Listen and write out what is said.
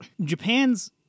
Japan's